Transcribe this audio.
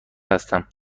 هستم